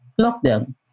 lockdown